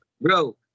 bro